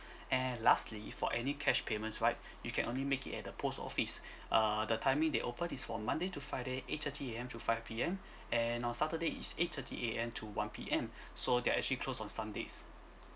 and lastly for any cash payment right you can only make it at the post office uh the timing they open is from monday to friday eight thirty A_M to five P_M and on saturday it's eight thirty A_M to one P_M so they're actually closed on sundays